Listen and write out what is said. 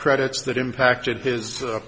credits that impacted his